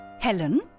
Helen